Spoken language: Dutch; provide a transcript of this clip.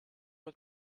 het